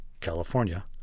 California